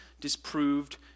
disproved